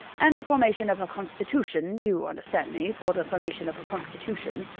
and the formation of her constitution you understand me, for the formation of her constitution.